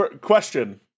Question